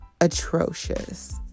atrocious